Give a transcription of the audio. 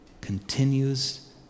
continues